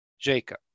Jacob